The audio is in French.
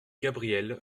gabrielle